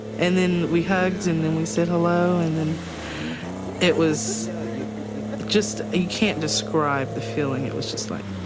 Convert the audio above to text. and then we hugged. and then we said hello. and then it was just you can't describe the feeling. it was just like,